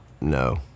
No